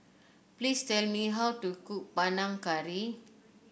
please tell me how to cook Panang Curry